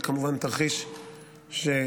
זה כמובן תרחיש טרגי,